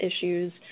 issues